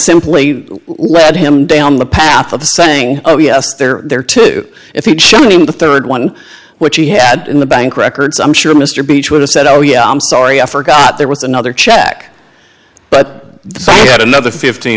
simply led him down the path of saying oh yes they're there too if you'd shown him the rd one which he had in the bank records i'm sure mr beach would have said oh yeah i'm sorry i forgot there was another check but i got another fifteen